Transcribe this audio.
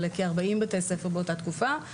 של כ-40 בתי ספר באותה תקופה.